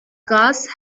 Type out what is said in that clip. gas